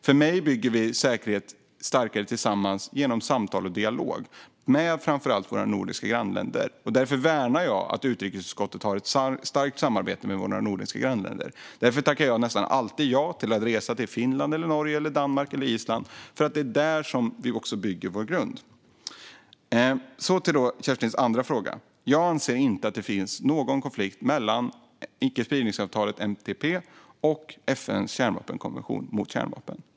Enligt mig bygger vi säkerhet starkare tillsammans genom samtal och dialog med framför allt våra nordiska grannländer. Därför värnar jag att utrikesutskottet har ett starkt samarbete med dem. Därför tackar jag nästan alltid ja till att resa till Finland, Norge, Danmark eller Island. Det är också där vi bygger vår grund. När det gäller Kerstins andra fråga anser jag inte att det finns någon konflikt mellan icke-spridningsavtalet, NPT, och FN:s konvention mot kärnvapen.